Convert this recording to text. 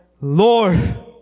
Lord